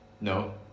No